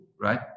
right